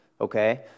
okay